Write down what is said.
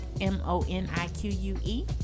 M-O-N-I-Q-U-E